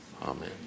Amen